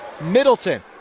Middleton